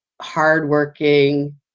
hardworking